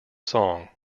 song